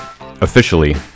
officially